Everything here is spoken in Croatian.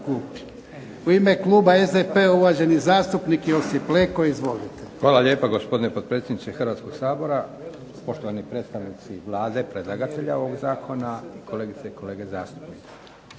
U ime kluba SDP-a uvaženi zastupnik Josip Leko. Izvolite. **Leko, Josip (SDP)** Hvala lijepo gospodine potpredsjedniče Hrvatskog sabora. Poštovani predstavnici Vlade predlagatelji ovog zakona, kolegice i kolege zastupnici.